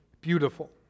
beautiful